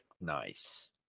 Nice